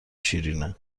شیرینه